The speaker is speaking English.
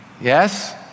Yes